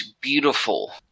beautiful